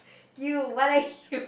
you what are you